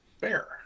Fair